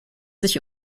sich